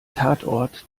tatort